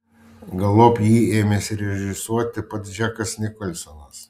galop jį ėmėsi režisuoti pats džekas nikolsonas